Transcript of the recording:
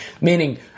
Meaning